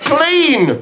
Clean